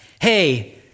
hey